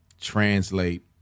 translate